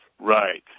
Right